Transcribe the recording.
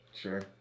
Sure